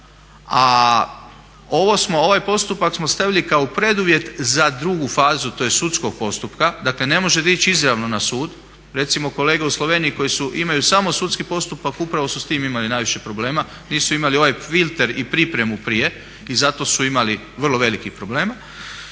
a ovaj postupak smo stavili kao preduvjet za drugu fazu to je sudskog postupka, dakle ne možete ići izravno na sud. Recimo kolege u Sloveniji koje imaju samo sudski postupak upravo su s tim imali najviše problema, nisu imali ovaj filter i pripremu prije i zato su imali vrlo velikih problema.